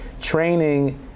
training